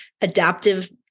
adaptive